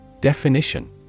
Definition